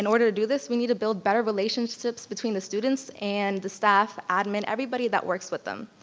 and order to do this, we need to build better relationships between the students and the staff, admin, everybody that works with them.